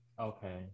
Okay